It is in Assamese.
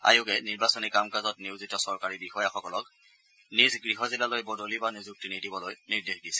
আয়োগে নিৰ্বাচনী কাম কাজত নিয়োজিত চৰকাৰী বিষয়াসকলক নিজ গৃহ জিলালৈ বদলি বা নিযুক্তি নিদিবলৈ নিৰ্দেশ দিছে